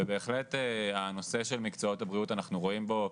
ואנחנו בהחלט רואים בנושא של מקצועות הטיפול חשיבות